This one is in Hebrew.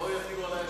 שלא יטילו עלי אשמה.